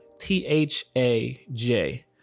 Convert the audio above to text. T-H-A-J